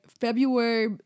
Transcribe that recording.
February